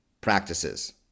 practices